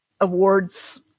awards